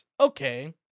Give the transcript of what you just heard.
okay